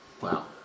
Wow